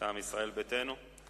מטעם ישראל ביתנו.